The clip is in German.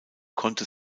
konnte